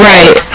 Right